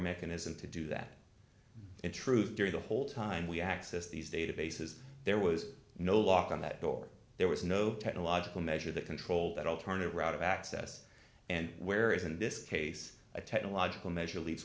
mechanism to do that in truth during the whole time we access these databases there was no lock on that door there was no technological measure that controlled that alternative route of access and where is in this case a technological measure leaves